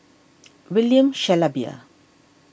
William Shellabear